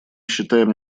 считаем